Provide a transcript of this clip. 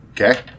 Okay